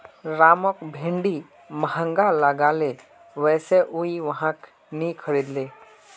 रामक भिंडी महंगा लागले वै स उइ वहाक नी खरीदले